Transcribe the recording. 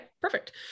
perfect